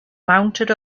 mounted